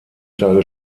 tage